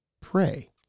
pray